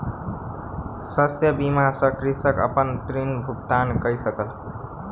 शस्य बीमा सॅ कृषक अपन ऋण भुगतान कय सकल